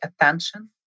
attention